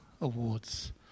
awards